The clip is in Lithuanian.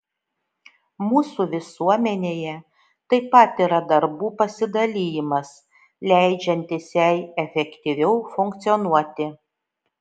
mūsų visuomenėje taip pat yra darbų pasidalijimas leidžiantis jai efektyviau funkcionuoti